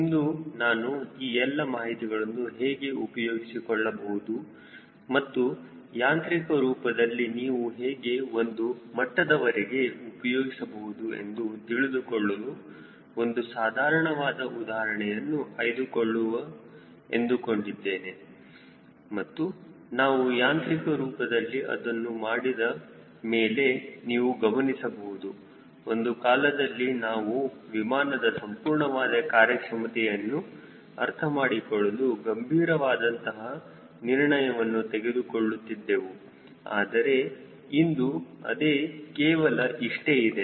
ಇಂದು ನಾನು ಈ ಎಲ್ಲ ಮಾಹಿತಿಗಳನ್ನು ಹೇಗೆ ಉಪಯೋಗಿಸಿಕೊಳ್ಳಬಹುದು ಮತ್ತು ಯಾಂತ್ರಿಕ ರೂಪದಲ್ಲಿ ನೀವು ಹೇಗೆ ಒಂದು ಮಟ್ಟದವರೆಗೆ ಉಪಯೋಗಿಸಬಹುದು ಎಂದು ತಿಳಿದುಕೊಳ್ಳಲು ಒಂದು ಸಾಧಾರಣವಾದ ಉದಾಹರಣೆಯನ್ನು ಆಯ್ದುಕೊಳ್ಳುವ ಎಂದುಕೊಂಡಿದ್ದೇನೆ ಮತ್ತು ನಾವು ಯಾಂತ್ರಿಕ ರೂಪದಲ್ಲಿ ಅದನ್ನು ಮಾಡಿದ ಮೇಲೆ ನೀವು ಗಮನಿಸಬಹುದು ಒಂದು ಕಾಲದಲ್ಲಿ ನಾವು ವಿಮಾನದ ಸಂಪೂರ್ಣವಾದ ಕಾರ್ಯಕ್ಷಮತೆಯನ್ನು ಅರ್ಥಮಾಡಿಕೊಳ್ಳಲು ಗಂಭೀರವಾದಅಂತಹ ನಿರ್ಣಯವನ್ನು ತೆಗೆದುಕೊಳ್ಳುತ್ತಿದ್ದೆವು ಆದರೆ ಇಂದು ಅದು ಕೇವಲ ಇಷ್ಟೇ ಇದೆ